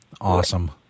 Awesome